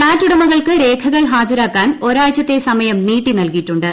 flat കൂട്ടമകൾക്ക് രേഖകൾ ഹാജരാക്കാൻ ഒരാഴ്ചത്തെ സമയം ന്റീട്ടി നൽകിയിട്ടുണ്ട്